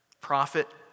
prophet